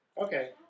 Okay